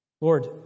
Lord